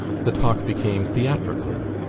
the talk became theatrical.